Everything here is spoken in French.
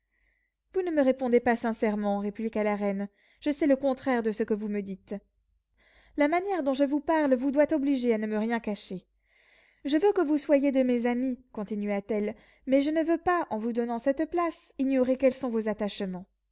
vous ne me répondez pas sincèrement répliqua la reine je sais le contraire de ce que vous me dites la manière dont je vous parle vous doit obliger à ne me rien cacher je veux que vous soyez de mes amis continua-t-elle mais je ne veux pas en vous donnant cette place ignorer quels sont vos attachements